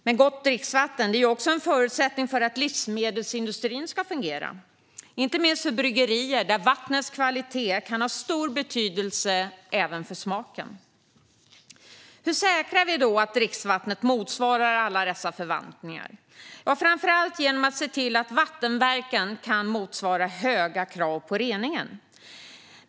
Men gott dricksvatten är också en förutsättning för att livsmedelsindustrin ska fungera, inte minst för bryggerier där vattnets kvalitet kan ha stor betydelse även för smaken. Hur säkrar vi då att dricksvattnet motsvarar alla dessa förväntningar? Jo, framför allt genom att se till att vattenverken kan motsvara höga krav på rening.